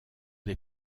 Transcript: des